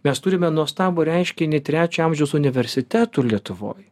mes turime nuostabų reiškinį trečio amžiaus universitetų lietuvoj